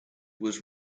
was